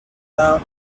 town